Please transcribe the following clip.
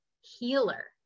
healer